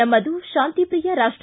ನಮ್ಮದು ಶಾಂತಿಪ್ರಿಯ ರಾಷ್ಟ